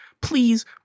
please